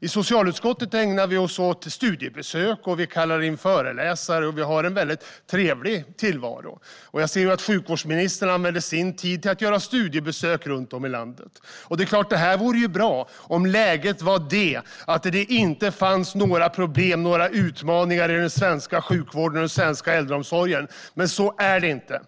I socialutskottet ägnar vi oss åt studiebesök, och vi kallar in föreläsare. Vi har en väldigt trevlig tillvaro. Jag ser att sjukvårdsministern använder sin tid till att göra studiebesök runt om i landet. Det är klart att det här vore bra om läget var det att det inte fanns några problem eller utmaningar i den svenska sjukvården eller den svenska äldreomsorgen. Men så är det inte.